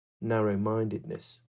narrow-mindedness